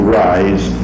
rise